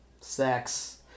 Sex